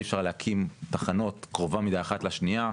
אי אפשר להקים תחנות קרובה מדי אחת על השנייה,